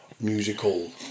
musical